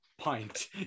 Pint